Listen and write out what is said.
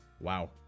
Wow